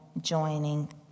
joining